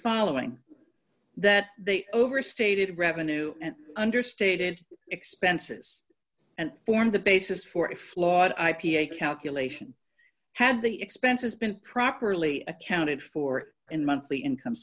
following that they overstated revenue and understated expenses and form the basis for if lot i p a calculation had the expenses been properly accounted for in monthly income